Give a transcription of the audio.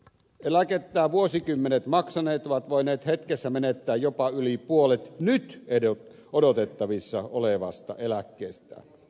eläkettään vuosikymmenet maksaneet ovat voineet hetkessä menettää jopa yli puolet nyt odotettavissa olevasta eläkkeestään